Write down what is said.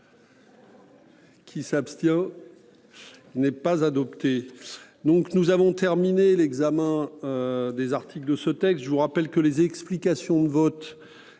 Qui s'abstient. N'est pas adopté. Donc nous avons terminé l'examen. Des armes. De ce texte. Je vous rappelle que les explications de vote